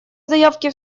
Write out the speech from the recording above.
заявке